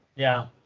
yeah.